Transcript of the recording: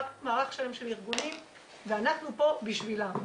מערך שלם של ארגונים ואנחנו פה בשבילם.